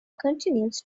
continues